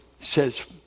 says